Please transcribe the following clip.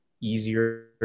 easier